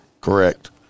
Correct